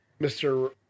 Mr